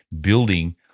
building